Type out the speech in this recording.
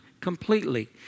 completely